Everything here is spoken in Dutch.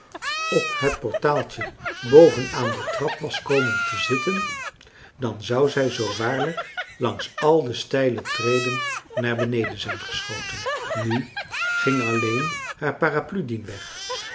op het portaaltje boven aan de trap was komen te zitten dan zou zij zoo waarlijk langs al de steile treden naar beneden zijn geschoten nu ging alleen haar paraplu dien weg